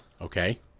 Okay